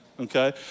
okay